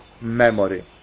memory